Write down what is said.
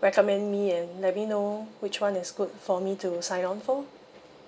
recommend me and let me know which one is good for me to sign on for